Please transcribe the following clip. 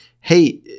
hey –